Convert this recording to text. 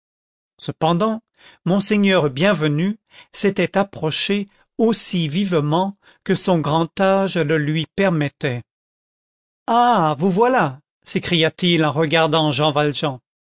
cependant monseigneur bienvenu s'était approché aussi vivement que son grand âge le lui permettait ah vous voilà s'écria-t-il en regardant jean valjean